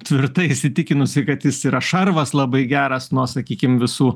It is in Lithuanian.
tvirtai įsitikinusi kad jis yra šarvas labai geras nuo sakykim visų